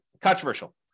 controversial